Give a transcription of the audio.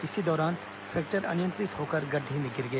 इसी दौरान ट्रैक्टर अनियंत्रित होकर गड़ढे में गिर गया